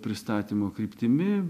pristatymo kryptimi